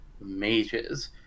mages